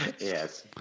Yes